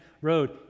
road